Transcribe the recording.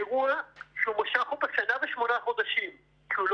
הוא משך את זה שנה ושמונה חודשים ולא